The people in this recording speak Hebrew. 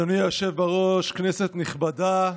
אדוני היושב-ראש, כנסת נכבדה,